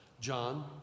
John